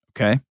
Okay